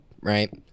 right